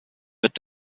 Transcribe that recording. wird